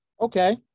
Okay